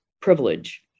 privilege